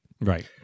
Right